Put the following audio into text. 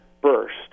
burst